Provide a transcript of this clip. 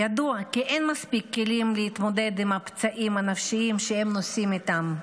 ידוע כי אין מספיק כלים להתמודד עם הפצעים הנפשיים שהם נושאים איתם.